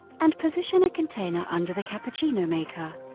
and position a container under the cappuccino maker.